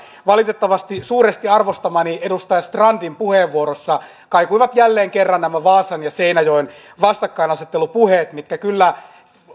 valitettavasti suuresti arvostamani edustaja strandin puheenvuorossa kaikuivat jälleen kerran nämä vaasan ja seinäjoen vastakkainasettelupuheet mitkä kyllä